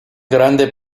grande